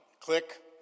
click